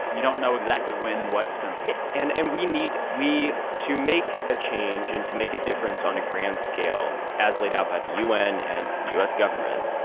you don't know exactly when what's going to hit and and we need we to make a change and to make a difference on a grand scale as laid out by the u n. and the u s. government,